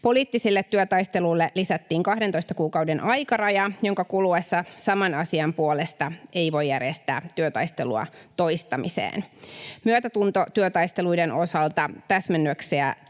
Poliittisille työtaisteluille lisättiin 12 kuukauden aikaraja, jonka kuluessa saman asian puolesta ei voi järjestää työtaistelua toistamiseen. Myötätuntotyötaisteluiden osalta täsmennyksiä